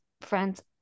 friends